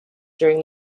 during